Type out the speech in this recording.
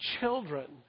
children